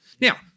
Now